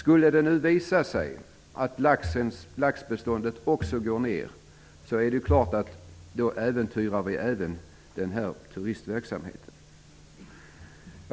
Om det skulle visa sig att laxbeståndet minskar, äventyras även turistverksamheten.